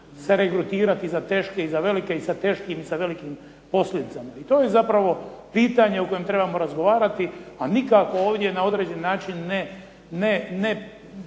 se regrutirati za teške i za velike i sa teškim i sa velikim posljedicama. I to je zapravo pitanje o kojem trebamo razgovarati, a nikao ovdje na određeni način jedni